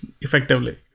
effectively